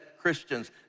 Christians